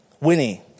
Winnie